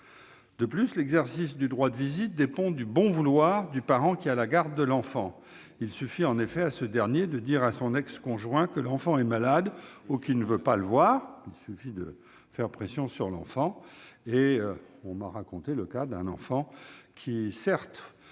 De plus, l'exercice du droit de visite dépend du bon vouloir du parent qui a la garde de l'enfant. Il suffit en effet à ce dernier de dire à son ex-conjoint que l'enfant est malade ou ne veut pas le voir pour annuler une visite. Il suffit effectivement de faire pression sur l'enfant. On m'a raconté le cas d'un enfant qui certes